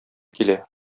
килә